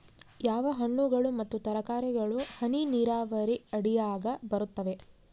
ಯಾವ ಹಣ್ಣುಗಳು ಮತ್ತು ತರಕಾರಿಗಳು ಹನಿ ನೇರಾವರಿ ಅಡಿಯಾಗ ಬರುತ್ತವೆ?